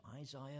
isaiah